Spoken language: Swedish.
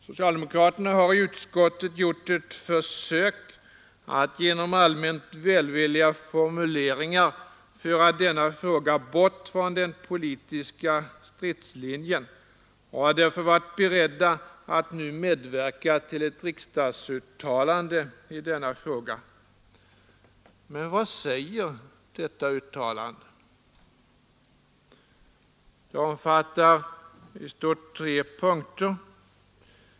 Socialdemokraterna har i utskottet gjort ett försök att genom allmänt välvilliga formuleringar föra denna fråga bort från den politiska stridslinjen och har därför varit beredda att nu medverka till ett riksdagsuttalande i frågan. Men vad säger detta uttalande? Det omfattar i stort sett tre punkter.